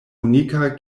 unika